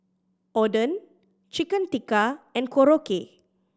Oden Chicken Tikka and Korokke